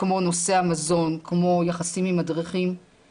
כמו נושא המזון, כמו יחסים עם מדריכים,